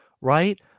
right